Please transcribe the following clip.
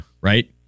Right